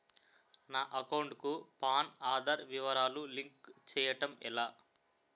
నా అకౌంట్ కు పాన్, ఆధార్ వివరాలు లింక్ చేయటం ఎలా?